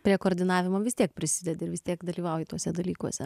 prie koordinavimo vis tiek prisidedi ir vis tiek dalyvauji tuose dalykuose